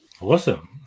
Awesome